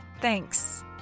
thanks